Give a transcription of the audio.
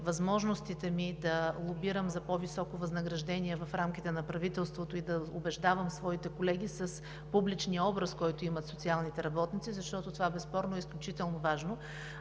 възможностите ми да лобирам за по-високо възнаграждение в рамките на правителството и да убеждавам своите колеги с публичния образ, който имат социалните работници, защото това безспорно е изключително важно.